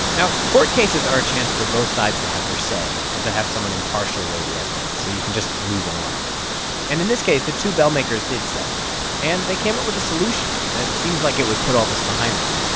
now, court cases are a chance for both sides to have their say and to have someone impartial weigh the evidence so you can just move on and in this case, the two bell makers did settle and they came up with a solution that seems like it would put all this behind them.